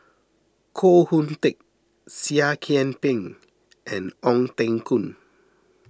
Koh Hoon Teck Seah Kian Peng and Ong Teng Koon